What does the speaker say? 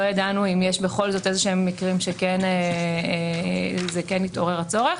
ידענו אם יש בכל זאת איזה שהם מקרים שכן יתעורר הצורך.